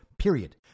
period